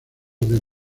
del